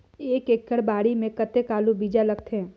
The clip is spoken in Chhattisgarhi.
एक एकड़ बाड़ी मे कतेक आलू बीजा लगथे?